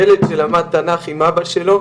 ילד שלמד תנ"ך עם אבא שלו